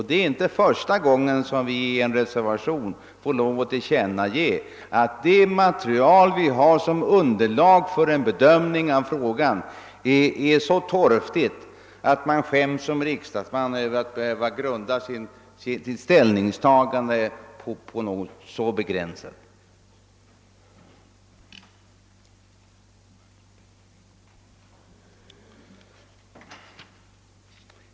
Det är inte första gången som vi i en reservation måste tillkännage att det material som vi har som underlag för en bedömning av frågan är så torftigt att man skäms som riksdagsman över att behöva grunda sitt ställningstagande på något så begränsat.